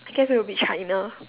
I guess it would be china